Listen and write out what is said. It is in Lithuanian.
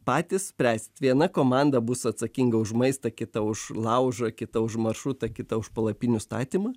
patys spręsit viena komanda bus atsakinga už maistą kita už laužą kita už maršrutą kita už palapinių statymą